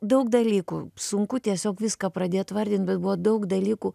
daug dalykų sunku tiesiog viską pradėt vardint bet buvo daug dalykų